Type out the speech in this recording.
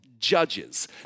judges